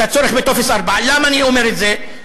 את הצורך בטופס 4. למה אני אומר את זה,